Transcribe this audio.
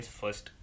first